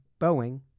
Boeing